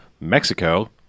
Mexico